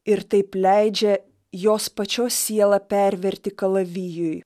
ir taip leidžia jos pačios sielą perverti kalavijui